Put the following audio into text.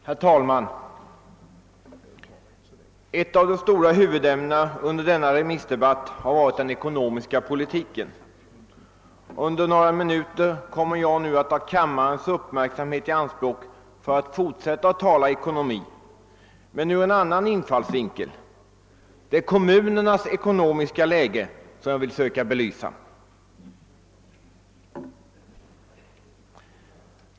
Herr talman! Ett av de stora huvudämnena under denna remissdebatt har varit den ekonomiska politiken. Under några minuter kommer jag nu att ta kammarens uppmärksamhet i anspråk för att fortsätta och tala om ekonomi, men ur en annan infallsvinkel. Det är kommunernas ekonomiska läge, som jag vill söka belysa.